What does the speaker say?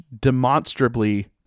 demonstrably